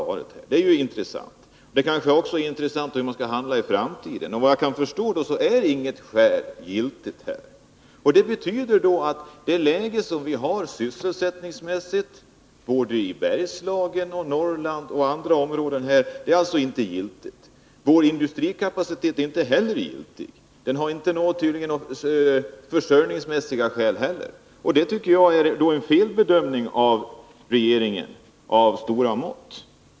Kanske är det också intressant att få reda på hur man skall handla i framtiden. Efter vad jag kan förstå är inget skäl giltigt här. Det betyder att det sysselsättningsmässiga läget i Bergslagen, Norrland och andra områden inte är giltigt. Vår industrikapacitet är inte heller giltig — där finns tydligen inte några försörjningsmässiga skäl. Det tycket jag är en felbedömning av regeringen av stora mått.